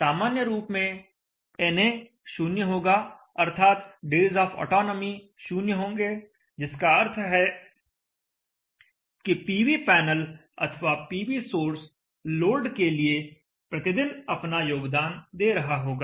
सामान्य रूप में na 0 होगा अर्थात डेज ऑफ ऑटोनोमी 0 होंगे जिसका अर्थ है कि पीवी पैनल अथवा पीवी सोर्स लोड के लिए प्रतिदिन अपना योगदान दे रहा होगा